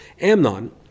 Amnon